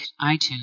iTunes